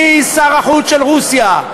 משר החוץ של רוסיה,